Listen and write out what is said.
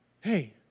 hey